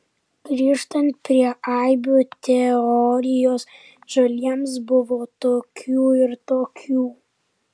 grįžtant prie aibių teorijos žaliems buvo tokių ir tokių